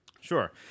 sure